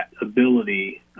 ability